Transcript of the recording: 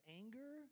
anger